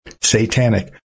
satanic